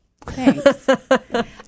Thanks